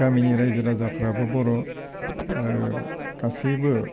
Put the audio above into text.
गामिनि राइजो राजाफ्राबो बर' गासिबो